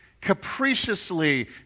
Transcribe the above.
capriciously